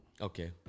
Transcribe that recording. Okay